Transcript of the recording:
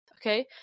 okay